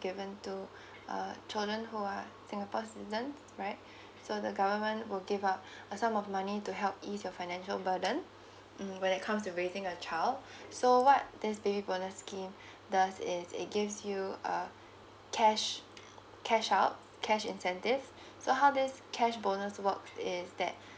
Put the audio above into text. given to uh children who are singapore citizens right so the government will give out a sum of money to help ease your financial burden mm when it comes to raising a child so what this baby bonus scheme does is it gives you a cash cash out cash incentive so how this cash bonus work is that